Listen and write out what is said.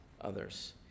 others